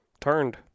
turned